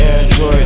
Android